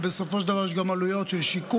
ובסופו של דבר יש גם עלויות של שיקום,